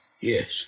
Yes